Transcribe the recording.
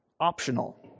optional